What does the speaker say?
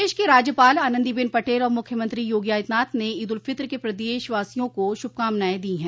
प्रदेश की राज्यपाल आनन्दीबेन पटेल और मुख्यमंत्री योगी आदित्यनाथ ने ईद उल फितर की प्रदेशवासियों को शुभ कामनाएं दी है